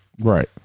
Right